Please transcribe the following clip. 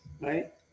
right